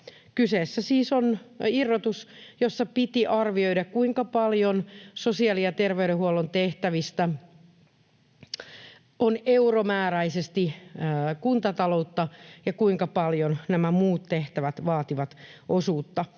Kyseessä siis on irrotus, jossa piti arvioida, kuinka paljon sosiaali‑ ja terveydenhuollon tehtävistä on euromääräisesti kuntataloutta ja kuinka paljon nämä muut tehtävät vaativat osuutta.